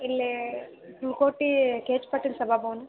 ಇಲ್ಲೇ ಹುಲಕೋಟಿ ಕೆ ಎಚ್ ಪಾಟೀಲ್ ಸಭಾಭವನ